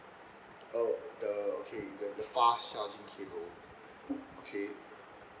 oh the okay the the fast charging cable okay